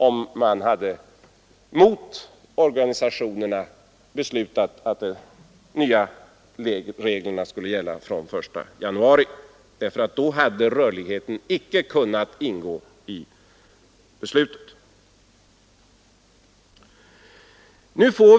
Om man mot organisationernas önskan hade beslutat att de nya reglerna skulle gälla från den 1 januari 1975 hade rörligheten icke kunnat ingå i beslutet. Nu får